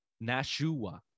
Nashua